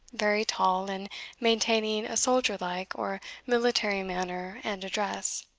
very tall, and maintaining a soldierlike or military manner and address.